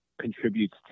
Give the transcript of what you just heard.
contributes